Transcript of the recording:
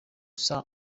solo